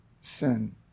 sin